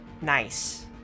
nice